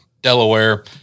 Delaware